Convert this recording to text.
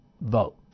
vote